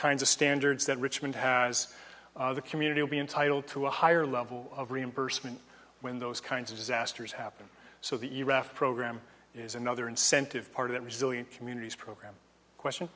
kinds of standards that richmond has the community would be entitled to a higher level of reimbursement when those kinds of disasters happen so the iraq program is another incentive part of it resilient communities program question